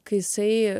kai jisai